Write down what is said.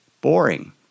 boring